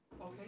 Okay